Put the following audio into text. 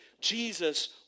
Jesus